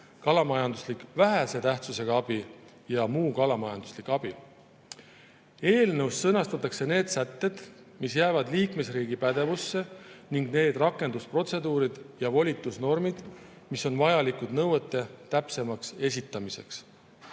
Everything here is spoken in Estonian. kalamajanduslik vähese tähtsusega abi ja muu kalamajanduslik abi. Eelnõus sõnastatakse need sätted, mis jäävad liikmesriigi pädevusse, ning need rakendusprotseduurid ja volitusnormid, mis on vajalikud nõuete täpsemaks esitamiseks.